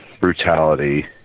brutality